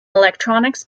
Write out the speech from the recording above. electronics